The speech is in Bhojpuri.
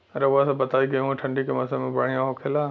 रउआ सभ बताई गेहूँ ठंडी के मौसम में बढ़ियां होखेला?